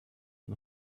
and